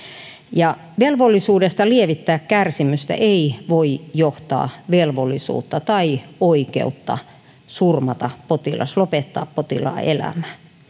ja velvollisuudesta lievittää kärsimystä ei voi johtaa velvollisuutta tai oikeutta surmata potilas lopettaa potilaan elämä